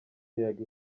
miyaga